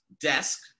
desk